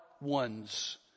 ones